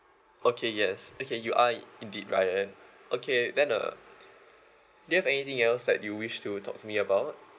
okay yes okay you are indeed brian okay then err do you have anything else that you wish to talk to me about